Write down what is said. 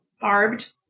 barbed